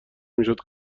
میشد